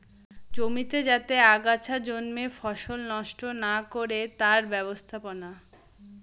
জমিতে যাতে আগাছা জন্মে ফসল নষ্ট না করে তার ব্যবস্থাপনা